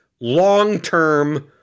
long-term